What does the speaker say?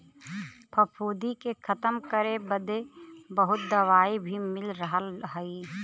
फफूंदी के खतम करे बदे बहुत दवाई भी मिल रहल हई